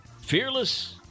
fearless